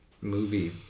movie